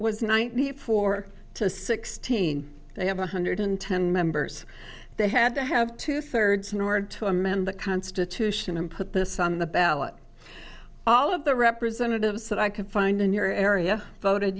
was ninety four to sixteen they have one hundred ten members they had to have two thirds in order to amend the constitution and put this on the ballot all of the representatives that i can find in your area voted